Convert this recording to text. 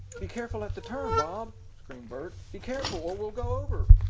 be careful at the turn, bob! screamed bert. be careful, or we'll go over!